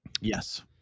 Yes